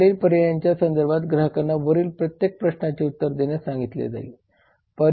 खालील पर्यायांच्या संदर्भात ग्राहकांना वरील प्रत्येक प्रश्नाचे उत्तर देण्यास सांगितले जाईल